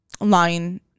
line